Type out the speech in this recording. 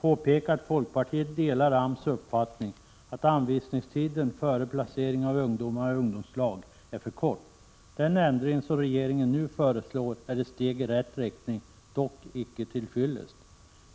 påpeka att folkpartiet delar AMS uppfattning att anvisningstiden för placering av ungdomar i ungdomslag är för kort. Den ändring som regeringen nu föreslår är ett steg i rätt riktning — dock inte till fyllest.